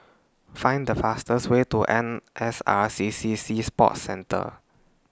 Find The fastest Way to N S R C C Sea Sports Centre